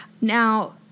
Now